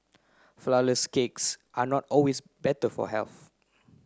flour less cakes are not always better for health